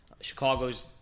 chicago's